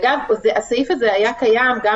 המינוח הזה היה קיים גם